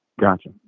Gotcha